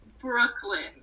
brooklyn